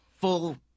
full